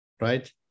right